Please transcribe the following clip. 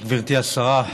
גברתי השרה,